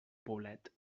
poblet